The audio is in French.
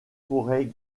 forêts